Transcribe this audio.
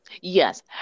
yes